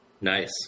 Nice